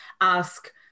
ask